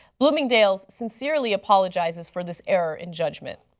bloomingdale's sincerely apologizes for this error in judgment.